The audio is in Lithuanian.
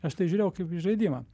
aš tai žiūrėjau kaip į žaidimą